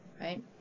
right